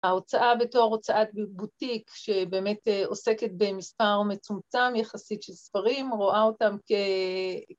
ההוצאה בתור הוצאת בוטיק, שבאמת עוסקת במספר מצומצם יחסית של ספרים, רואה אותם כ...